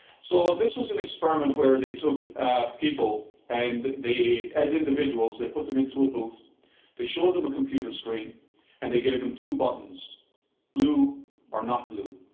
so this was an experiment where they took people and they, as individuals, they put them into a booth to show them a computer screen and they gave them two buttons blue or not blue.